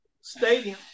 Stadium